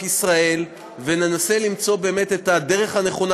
ישראל וננסה למצוא את הדרך הנכונה,